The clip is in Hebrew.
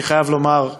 אני חייב לומר,